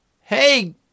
Hey